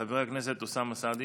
חבר הכנסת אוסאמה סעדי,